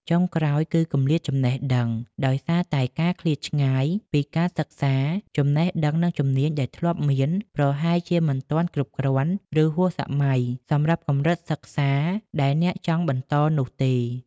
ចុងក្រោយ គឺ គម្លាតចំណេះដឹង ដោយសារតែការឃ្លាតឆ្ងាយពីការសិក្សា ចំណេះដឹង និងជំនាញដែលធ្លាប់មាន ប្រហែលជាមិនទាន់គ្រប់គ្រាន់ ឬហួសសម័យសម្រាប់កម្រិតសិក្សាដែលអ្នកចង់បន្តនោះទេ។